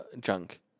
junk